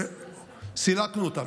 סילקנו אותם.